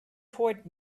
towards